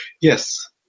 Yes